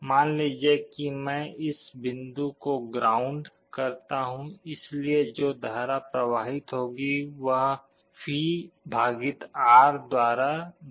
मान लीजिए कि मैं इस बिंदु को ग्राउंड करता हूं इसलिए जो धारा प्रवाहित होगी वह V R द्वारा दी जाएगी